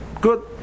Good